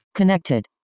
Connected